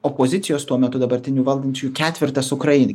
opozicijos tuo metu dabartinių valdančiųjų ketvertas ukrainai